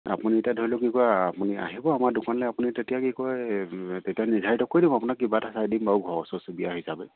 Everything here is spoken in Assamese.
আপুনি এতিয়া ধৰি লওক কি কয় আপুনি আহিব আমাৰ দোকানলে আপুনি তেতিয়া কি কয় তেতিয়া নিৰ্ধাৰিত কৰি দিম আপোনাক কিবা এটা চাই দিম বাৰু ঘৰৰ ওচৰৰ চুুবুৰীয়া হিচাবে